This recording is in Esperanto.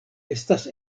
estas